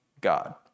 God